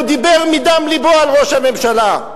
הוא דיבר מדם לבו על ראש הממשלה.